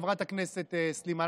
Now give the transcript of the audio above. חברת הכנסת סלימאן,